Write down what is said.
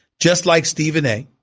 just like stephen a